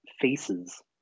faces